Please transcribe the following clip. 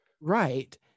Right